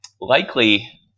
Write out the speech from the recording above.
likely